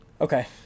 okay